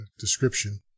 description